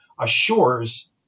assures